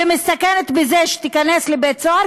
ומסתכנת בזה שתיכנס לבית-הסוהר,